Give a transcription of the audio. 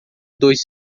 dois